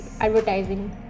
Advertising